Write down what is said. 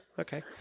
okay